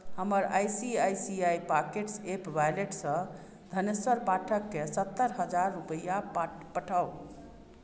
हमर I C I C I pockets app वॉलेटसँ धनेश्वर पाठकके सत्तरि हजार रुपैआ पठाउ